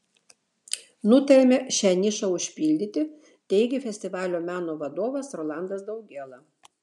nutarėme šią nišą užpildyti teigė festivalio meno vadovas rolandas daugėla